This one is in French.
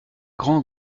grand